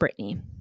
Britney